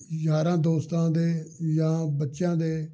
ਯਾਰਾਂ ਦੋਸਤਾਂ ਦੇ ਜਾਂ ਬੱਚਿਆਂ ਦੇ